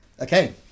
Okay